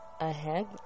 ahead